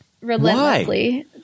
relentlessly